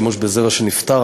שימוש בזרע של נפטר,